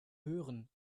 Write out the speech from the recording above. hören